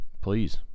please